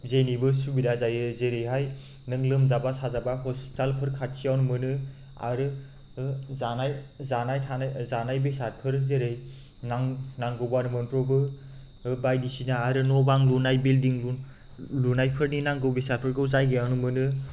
जेनिबो सुबिदा जायो जेरैहाय नों लोमजाब्ला साजाब्ला हस्पिटफोर खाथियावनो मोनो आरो जानाय थानाय जानाय बेसादफोर जेरै नांगौबानो मोनब्र'बो बायदिसिना आरो न' बां लुनाय बिल्दिं लुनायफोरनि नांगौ बेसादफोरखौ जायगायावनो मोनो